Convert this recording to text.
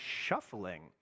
shuffling